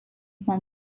hman